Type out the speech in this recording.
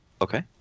Okay